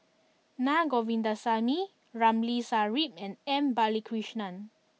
Naa Govindasamy Ramli Sarip and M Balakrishnan